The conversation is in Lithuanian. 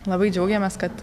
labai džiaugiamės kad